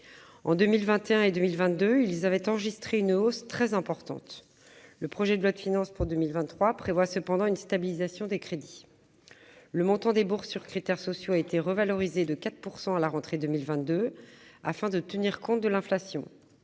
« Vie étudiante » avaient enregistré une hausse très importante ; le projet de loi de finances pour 2023 prévoit leur stabilisation. Le montant des bourses sur critères sociaux a été revalorisé de 4 % à la rentrée 2022 afin de tenir compte de l'inflation.